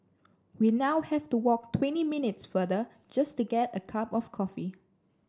we now have to walk twenty minutes farther just to get a cup of coffee